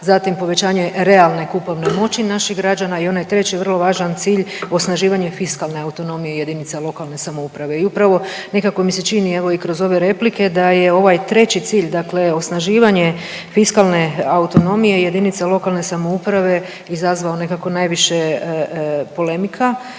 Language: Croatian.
zatim povećanje realne kupovne moći naših građana i onaj treći vrlo važan cilj osnaživanje fiskalne autonomije jedinica lokalne samouprave. I upravo nekako mi se čini evo i kroz ove replike da je ovaj treći cilj osnaživanje fiskalne autonomije jedinice lokalne samouprave izazvao nekako najviše polemika.